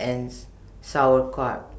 and Sauerkraut